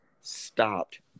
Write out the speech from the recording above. stopped